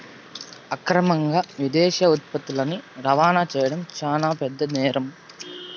అక్రమంగా విదేశీ ఉత్పత్తులని రవాణా చేయడం శాన పెద్ద నేరం